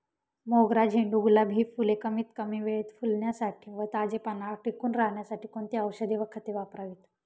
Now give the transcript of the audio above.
मोगरा, झेंडू, गुलाब हि फूले कमीत कमी वेळेत फुलण्यासाठी व ताजेपणा टिकून राहण्यासाठी कोणती औषधे व खते वापरावीत?